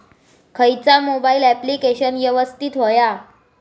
खयचा mobile application यवस्तित होया?